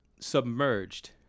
Submerged